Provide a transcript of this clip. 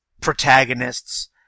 protagonists